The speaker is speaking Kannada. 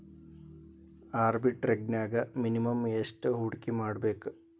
ಆರ್ಬಿಟ್ರೆಜ್ನ್ಯಾಗ್ ಮಿನಿಮಮ್ ಯೆಷ್ಟ್ ಹೂಡ್ಕಿಮಾಡ್ಬೇಕ್?